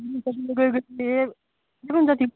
कसे वेगवेगळे पाहिजेत मिळून जातील